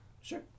Sure